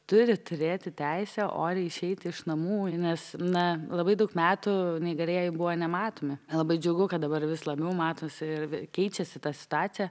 turi turėti teisę oriai išeiti iš namų nes na labai daug metų neįgalieji buvo nematomi labai džiugu kad dabar vis labiau matosi ir keičiasi ta situacija